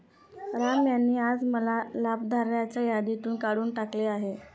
राम यांनी आज मला लाभार्थ्यांच्या यादीतून काढून टाकले आहे